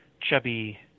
chubby